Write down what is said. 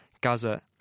Gaza